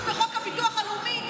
בחוק הביטוח הלאומי,